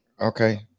Okay